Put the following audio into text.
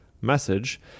message